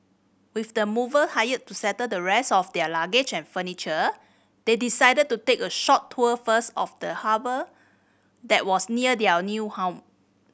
with the mover hired to settle the rest of their luggage and furniture they decided to take a short tour first of the harbour that was near their new home